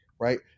right